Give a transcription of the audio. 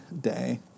day